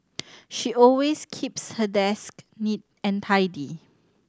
she always keeps her desk neat and tidy